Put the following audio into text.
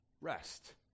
rest